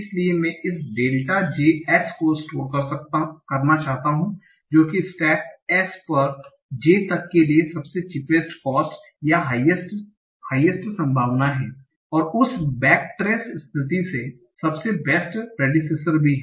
इसलिए मैं इस डेल्टा j S को स्टोर करना चाहता हूं जो कि स्टेप S पर j तक के लिए सबसे चीपेस्ट कोस्ट या हाइएस्ट संभावना है और उस बैक ट्रेस स्थिति से सबसे बेस्ट प्रेडिसेसर भी है